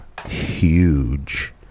Huge